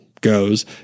goes